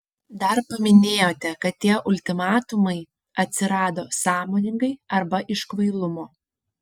dar paminėjote kad tie ultimatumai atsirado sąmoningai arba iš kvailumo